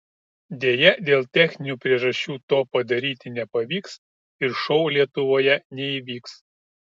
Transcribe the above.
deja dėl techninių priežasčių to padaryti nepavyks ir šou lietuvoje neįvyks